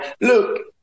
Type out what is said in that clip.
look